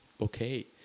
okay